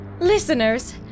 Listeners